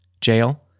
jail